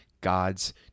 God's